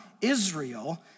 Israel